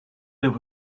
there